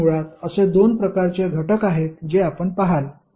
तर मुळात असे दोन प्रकारचे घटक आहेत जे आपण पहाल